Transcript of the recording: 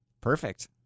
Perfect